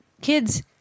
kids